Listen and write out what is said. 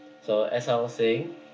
so as I was saying